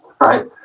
right